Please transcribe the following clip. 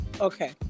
Okay